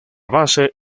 base